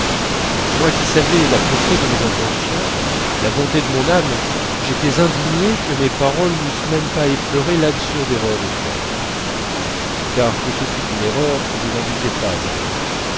moi qui savais la pureté de mes intentions la bonté de mon âme j'étais indigné que mes paroles n'eussent même pas effleuré l'absurde erreur de swann car ce fut une erreur je n'en doutais pas alors